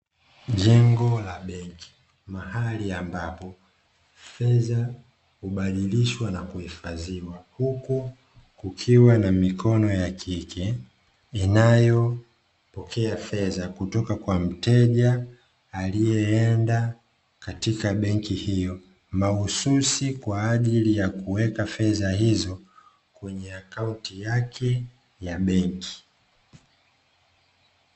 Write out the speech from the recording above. Jengo la benki mahali ambapo fedha hubadilishwa na kuhifadhiwa, huku kukiwa na mikono ya kike inayopokea fedha kutoka kwa mteja alaiyeenda katika benki hiyo, mahususi kwa ajili ya kuweka fedha hizo kwenye akaunti yake ya benki.